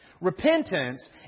Repentance